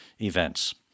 events